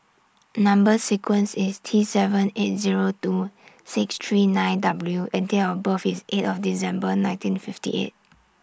Number sequence IS T seven eight Zero two six three nine W and Date of birth IS eight of December nineteen fifty eight